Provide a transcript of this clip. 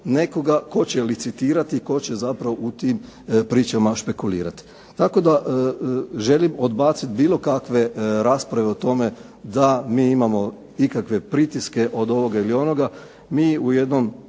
nekoga tko će licitirati i tko će zapravo u tim pričama špekulirati. Tako da želim odbacit bilo kakve rasprave o tome da mi imamo ikakve pritiske od ovoga ili onoga.